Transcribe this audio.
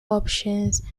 options